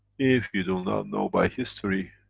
if you don't know know by history,